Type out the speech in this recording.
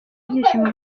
byishimo